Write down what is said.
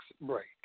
break